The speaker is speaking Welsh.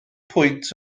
pwynt